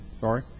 sorry